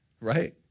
right